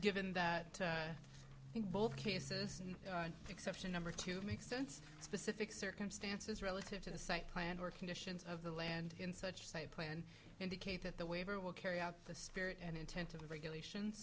given that i think both cases an exception number to make sense specific circumstances relative to the site plan or conditions of the land in such a state plan indicate that the waiver will carry out the spirit and intent of the regulation